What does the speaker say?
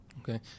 okay